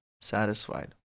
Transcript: satisfied